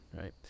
right